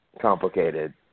complicated